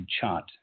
chart